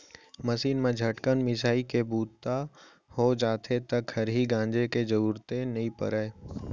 machine म झटकन मिंसाइ के बूता हो जाथे त खरही गांजे के जरूरते नइ परय